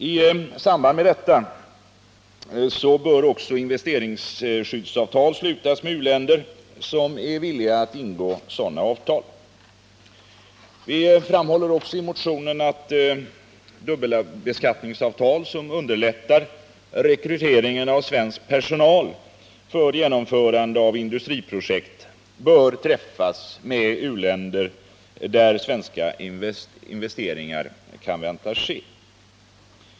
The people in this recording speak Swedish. I samband med detta så bör också investeringsskyddsavtal slutas med u-länder som är villiga att ingå sådana avtal. Vi framhåller också i motionen att dubbelbeskattningsavtal som underlättar rekryteringen av svensk personal för genomförande av industriprojekt bör träffas med u-länder där svenska investeringar kan väntas ske.